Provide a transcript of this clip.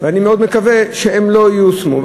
ואני מאוד מקווה שהם לא ייושמו,